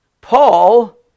Paul